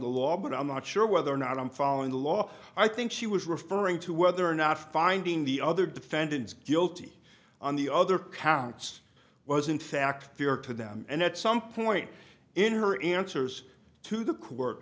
the law but i'm not sure whether or not i'm following the law i think she was referring to whether or not finding the other defendants guilty on the other counts was in fact fair to them and at some point in her answers to the